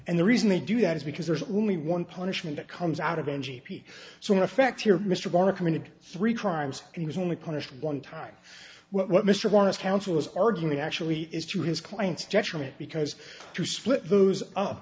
and the reason they do that is because there's only one punishment that comes out of energy so in effect here mr dorner committed three crimes and was only punished one time what mr morris counsel is arguing actually is to his client's detriment because to split those up